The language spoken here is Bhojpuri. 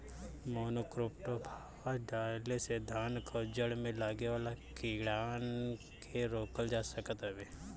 मोनोक्रोटोफास डाले से धान कअ जड़ में लागे वाला कीड़ान के रोकल जा सकत हवे